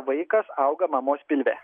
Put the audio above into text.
vaikas auga mamos pilve